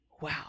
wow